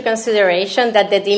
consideration that that the